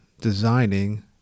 designing